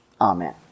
Amen